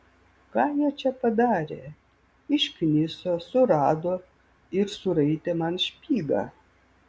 ką jie čia padarė iškniso surado ir suraitė man špygą